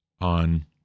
on